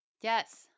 Yes